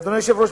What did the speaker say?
אדוני היושב-ראש,